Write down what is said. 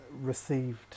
received